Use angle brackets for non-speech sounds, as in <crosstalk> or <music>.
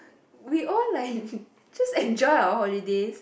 we all like <laughs> just enjoy our holidays